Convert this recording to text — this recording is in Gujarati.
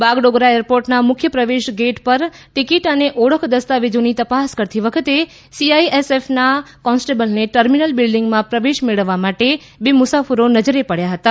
બાગડોગરા એરપોર્ટના મુખ્ય પ્રવેશ ગેટ પર ટિકિટ અને ઓળખ દસ્તાવેજોની તપાસ કરતી વખતે સીઆઈએસએફના કોન્સ્ટેબલને ટર્મિનલ બિલ્ડિંગમાં પ્રવેશ મેળવવા માટે બે મુસાફરો નજરે પડ્યા હતા